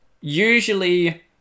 Usually